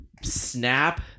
Snap